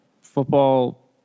football